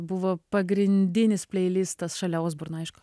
buvo pagrindinis pleilistas šalia osborno aišku